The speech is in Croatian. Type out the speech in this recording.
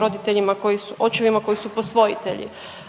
roditeljima, očevima koji su posvojitelji.